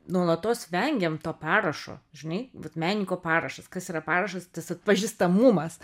nuolatos vengiam to parašo žinai vat menininko parašas kas yra parašas tas atpažįstamumas